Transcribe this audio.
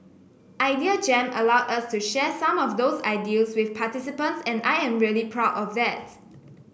Idea Jam allowed us to share some of those ideals with participants and I am really proud of that